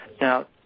Now